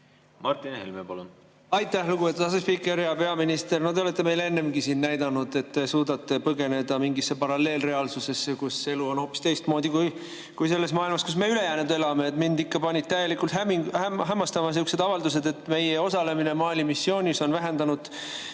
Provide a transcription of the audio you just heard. Martin Helme, palun! Aitäh, lugupeetud asespiiker! Hea peaminister! Te olete ennegi siin näidanud, et suudate põgeneda mingisse paralleelreaalsusesse, kus elu on hoopis teistmoodi kui selles maailmas, kus me ülejäänud elame. Mind panid täielikult hämmastuma sihukesed avaldused, et meie osalemine Mali missioonis on vähendanud